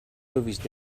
movies